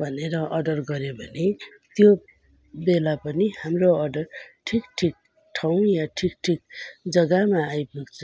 भनेर अर्डर गर्यो भने बेला पनि हाम्रो अर्डर ठिक ठिक ठाउँ या ठिक ठिक जग्गामा आइपुग्छ